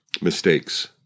Mistakes